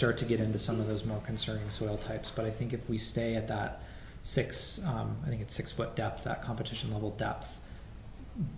start to get into some of those more concerning soil types but i think if we stay at that six i think it's six whipped up that competition level dropped